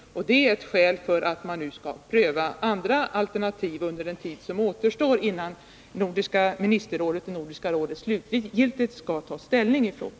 Det är ett skäl att pröva andra alternativ under den tid som återstår innan Nordiska ministerrådet och Nordiska rådet slutgiltigt skall ta ställning i frågan.